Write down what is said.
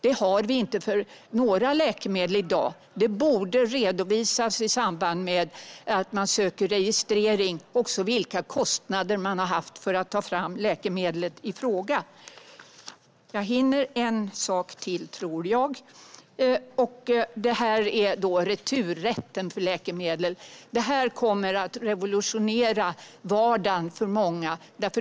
Det har vi inte för några läkemedel i dag. I samband med att man söker om registrering borde det redovisas vilka kostnader man har haft för att ta fram läkemedlet i fråga. Jag tror att jag hinner ta upp en fråga till, nämligen returrätten för läkemedel. Den kommer att revolutionera vardagen för många.